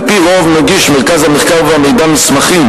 על-פי רוב מגיש מרכז המחקר והמידע מסמכים